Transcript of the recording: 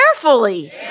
carefully